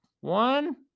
One